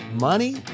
Money